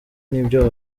nibyo